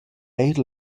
eir